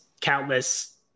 countless